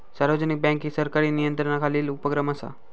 सार्वजनिक बँक ही सरकारी नियंत्रणाखालील उपक्रम असा